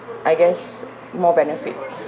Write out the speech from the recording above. I guess more benefit